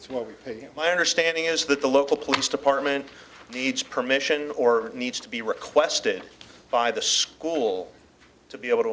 it's more to get my understanding is that the local police department teach permission or needs to be requested by the school to be able to